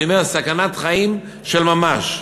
אני אומר סכנת חיים של ממש.